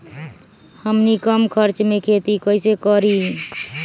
हमनी कम खर्च मे खेती कई से करी?